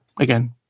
again